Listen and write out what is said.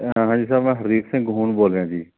ਹਾਂਜੀ ਸਾਹਿਬ ਮੈਂ ਹਰਦੀਪ ਸਿੰਘ ਗਹੂਣ ਬੋਲ ਰਿਹਾ ਜੀ